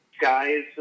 guys